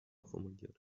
formuliert